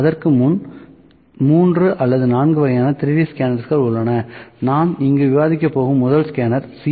அதற்கு முன் 3 அல்லது 4 வகையான 3D ஸ்கேனர்ஸ் உள்ளன நான் இங்கு விவாதிக்கப் போகும் முதல் ஸ்கேனர் C